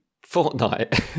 fortnight